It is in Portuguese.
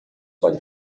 pode